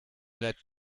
let